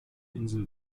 insel